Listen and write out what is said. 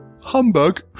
humbug